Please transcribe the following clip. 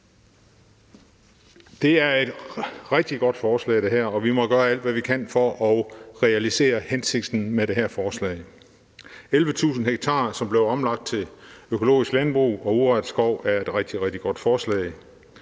her er et rigtig godt forslag, og vi må gøre alt, hvad vi kan for at realisere hensigten med det. At 11.000 ha skal omlægges til økologisk landbrug og urørt skov, er et rigtig, rigtig godt forslag.